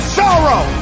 sorrow